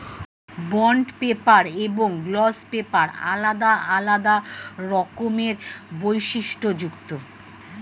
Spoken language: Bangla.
বন্ড পেপার এবং গ্লস পেপার আলাদা আলাদা রকমের বৈশিষ্ট্যযুক্ত